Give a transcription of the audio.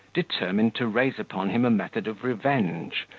determined to rise upon him a method of revenge,